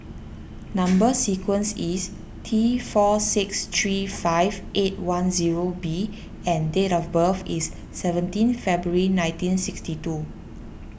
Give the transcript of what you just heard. Number Sequence is T four six three five eight one zero B and date of birth is seventeen February nineteen sixty two